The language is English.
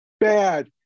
bad